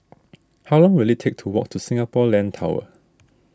how long will it take to walk to Singapore Land Tower